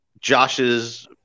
Josh's